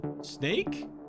snake